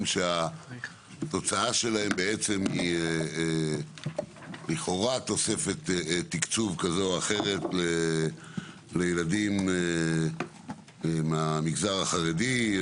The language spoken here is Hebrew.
שהתוצאה שלהם היא לכאורה תוספת תקצוב כזה או אחר לילדים מהמגזר החרדי.